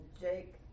Jake